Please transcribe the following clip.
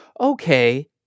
okay